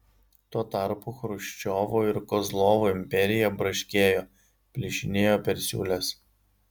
tuo tarpu chruščiovo ir kozlovo imperija braškėjo plyšinėjo per siūles